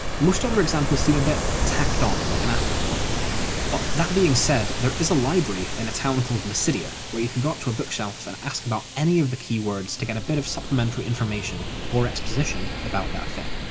most other examples seem a bit tacked on, like an afterthought. but that being said, there is a library in and a town called mysidia, where you can go up to a bookshelf and ask about any of the keywords to get a bit of supplementary information or exposition about that thing.